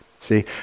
see